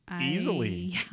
easily